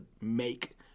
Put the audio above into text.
make